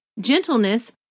gentleness